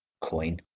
coin